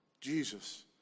Jesus